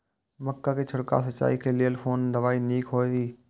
मक्का के छिड़काव सिंचाई के लेल कोन दवाई नीक होय इय?